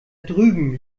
drüben